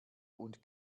und